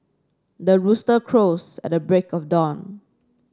the rooster crows at the break of dawn